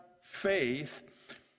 faith